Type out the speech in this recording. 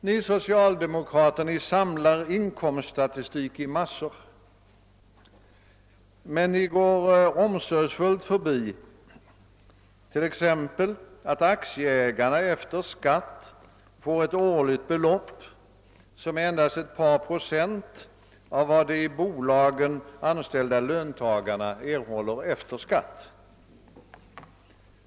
Ni socialdemokrater samlar inkomststatistik i massor men ni går omsorgsfullt förbi t.ex. att aktie ägarna efter skatt får ett årligt belopp som endast är ett par procent av vad de i bolagen anställda löntagarna erhåller efter skatt.